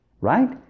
right